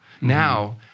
Now